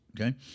okay